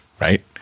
right